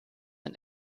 ein